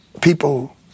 people